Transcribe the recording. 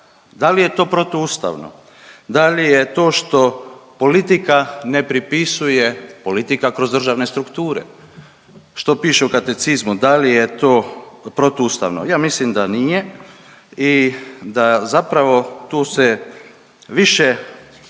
da li je to protuustavno, da li je to što politika ne pripisuje, politika kroz državne strukture što piše u katecizmu da li je to protuustavno? Ja mislim da nije i da zapravo tu se više